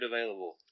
Available